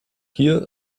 hier